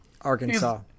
Arkansas